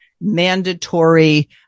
mandatory